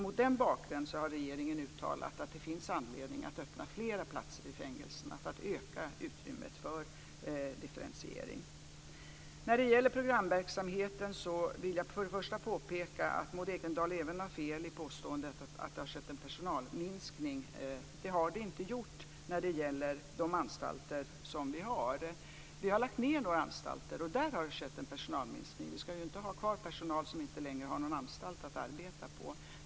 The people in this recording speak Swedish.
Mot den bakgrunden har regeringen uttalat att det finns anledning att öppna fler platser i fängelserna för att öka utrymmet för differentiering. När det gäller programverksamheten vill jag påpeka att Maud Ekendahl även har fel i påståendet att det har skett en personalminskning. Det har det inte när det gäller de anstalter vi har. Vi har lagt ned några anstalter, och där har det skett en personalminskning. Vi ska ju inte ha kvar personal som inte längre har någon anstalt att arbeta på.